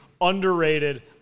Underrated